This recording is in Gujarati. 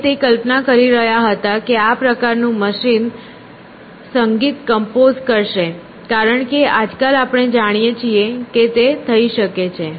અને તે કલ્પના કરી રહ્યા હતા કે આ પ્રકાર નું મશીન સંગીત કંપોઝ કરશે કારણકે આજકાલ આપણે જાણીએ છીએ કે તે થઈ શકે છે